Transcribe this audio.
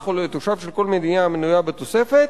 או לתושב של כל מדינה המנויה בתוספת,